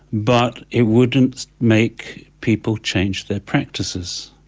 but it wouldn't make people change their practices.